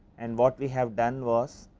and what we have done was,